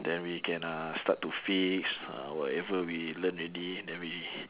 then we can uh start to fix uh whatever we learn already then we